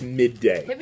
midday